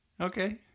Okay